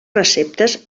receptes